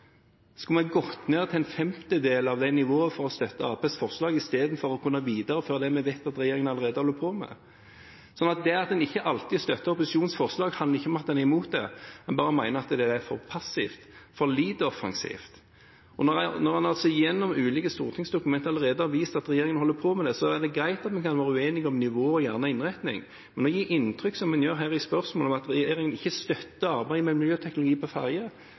Skulle vi gått ned til en femtedel av det nivået for å støtte Arbeiderpartiets forslag i stedet for å videreføre det vi vet at regjeringen allerede holder på med? Så det at en ikke alltid støtter opposisjonens forslag, handler ikke om at en er imot det, men at en bare mener at det er for passivt, for lite offensivt. Og når en gjennom ulike stortingsdokumenter allerede har vist at regjeringen holder på med det, så er det greit at vi kan være uenige om nivået og gjerne om innretningen også, men å gi inntrykk – som en gjør her i spørsmålet – av at regjeringen ikke støtter arbeidet med ny teknologi på